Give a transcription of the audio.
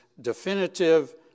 definitive